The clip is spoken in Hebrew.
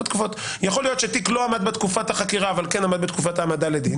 יכול להיות שתיק לא עמד בתקופת החקירה אבל כן עמד בתקופת ההעמדה לדין.